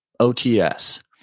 OTS